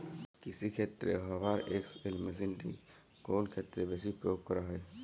কৃষিক্ষেত্রে Hoover XL মেশিনটি কোন ক্ষেত্রে বেশি প্রয়োগ করা হয়?